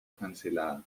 cancelada